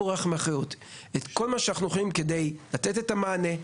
משקיעים את כל מה שאנחנו יכולים כדי לתת את המענה,